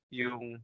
yung